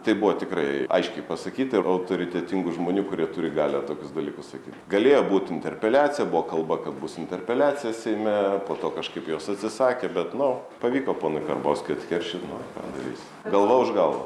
tai buvo tikrai aiškiai pasakyta ir autoritetingų žmonių kurie turi galią tokius dalykus sakyt galėjo būt interpeliacija buvo kalba kad bus interpeliacija seime po to kažkaip jos atsisakė bet nu pavyko ponui karbauskiui atkeršyt nu ką darysi galva už galvą